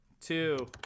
Two